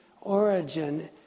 origin